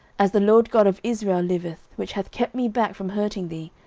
as the lord god of israel liveth, which hath kept me back from hurting thee,